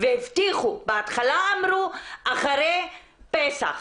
בהתחלה אמרו אחרי פסח.